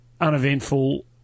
uneventful